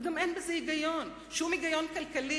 וגם אין בזה היגיון, שום היגיון כלכלי.